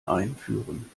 einführen